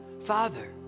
Father